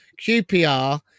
QPR